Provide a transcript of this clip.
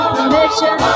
Permission